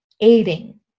aiding